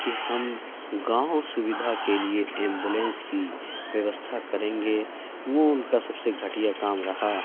کہ ہم گاؤں سوویدھا کے لیے ایمبولینس کی ویوستھا کریں گے وہ ان کا سب سے گٹھیا کام رہا